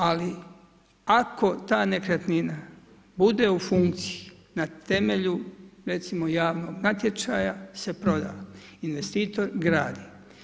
Ali ako ta nekretnina bude u funkciji na temelju recimo javnog natječaja se proda investitor gradi.